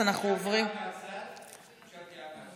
אז אנחנו עוברים, אפשר הודעה מהצד?